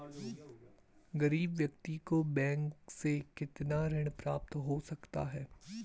गरीब व्यक्ति को बैंक से कितना ऋण प्राप्त हो सकता है?